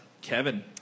Kevin